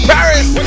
Paris